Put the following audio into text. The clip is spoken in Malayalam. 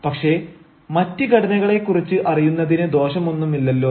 പക്ഷേ മറ്റ് ഘടനകളെ കുറിച്ച് അറിയുന്നതിന് ദോഷം ഒന്നുമില്ലല്ലോ